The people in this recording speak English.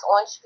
on